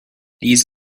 these